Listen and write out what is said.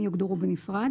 והם יוגדרו בנפרד